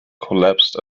collapsed